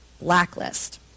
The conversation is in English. Blacklist